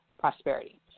prosperity